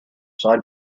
side